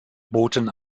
boten